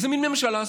איזה מין ממשלה זאת?